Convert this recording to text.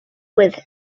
with